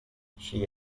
she